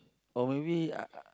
or maybe uh uh